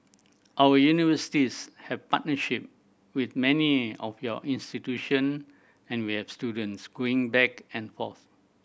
our universities have partnership with many of your institution and we have students going back and forth